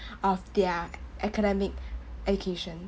of their academic education